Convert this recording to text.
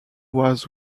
was